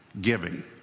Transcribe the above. giving